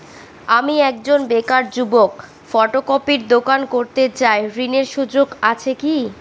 আমি একজন বেকার যুবক ফটোকপির দোকান করতে চাই ঋণের সুযোগ আছে কি?